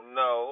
no